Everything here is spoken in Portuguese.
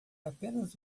apenas